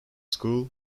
school